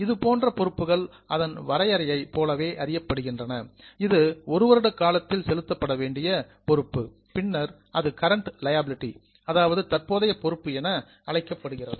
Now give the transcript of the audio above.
இது போன்ற பொறுப்புகள் அதன் வரையறையை போலவே அறியப்படுகின்றன இது 1வருட காலத்தில் செலுத்தப்பட வேண்டிய பொறுப்பு பின்னர் அது கரண்ட் லியாபிலிடி தற்போதைய பொறுப்பு என அழைக்கப்படுகிறது